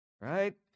right